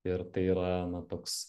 ir tai yra toks